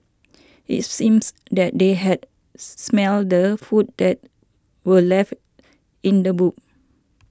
it seems that they had smelt the food that were left in the boot